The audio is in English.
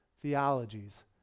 theologies